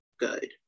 good